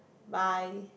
bye